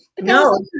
No